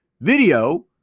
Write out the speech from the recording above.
Video